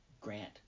grant